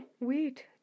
wait